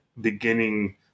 beginning